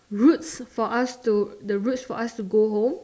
routes for us to the routes for us to go home